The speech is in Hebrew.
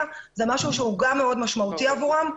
זה משהו שהוא מאוד משמעותי עבורם.